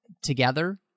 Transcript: together